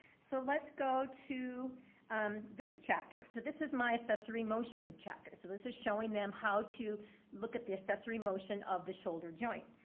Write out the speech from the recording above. so let's go to um this chapter. so this is my accessory motion chapter. so this is showing them how to look at the accessory motion of the shoulder joint.